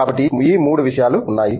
కాబట్టి ఈ 3 విషయాలు ఉన్నాయి